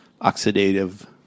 oxidative